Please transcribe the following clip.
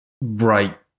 Right